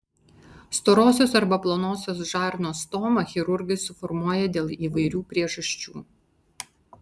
storosios arba plonosios žarnos stomą chirurgai suformuoja dėl įvairių priežasčių